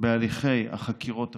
בהליכי החקירות המשטרתיות,